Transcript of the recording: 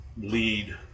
lead